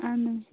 اَہَن حظ